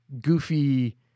goofy